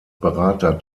berater